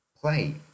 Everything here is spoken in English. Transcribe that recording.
Play